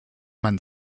man